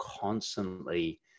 constantly